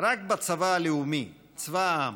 רק בצבא הלאומי, צבא העם.